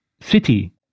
city